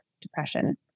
depression